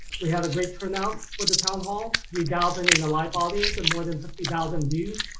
we had a great turnout for the town hall, three thousand in the live audience and more than fifty thousand views.